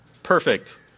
perfect